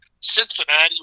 Cincinnati